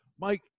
Mike